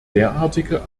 derartige